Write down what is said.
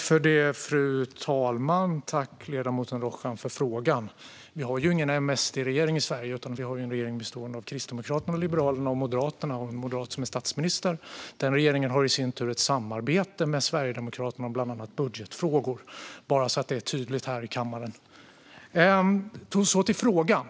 Fru talman! Jag tackar ledamoten Rojhan för frågan. Vi har ingen M-SD-regering i Sverige utan en regering bestående av Kristdemokraterna, Liberalerna och Moderaterna med en moderat statsminister, och regeringen har ett samarbete med Sverigedemokraterna i bland annat budgetfrågor - bara så att det är tydligt här i kammaren. Så till frågan.